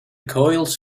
coils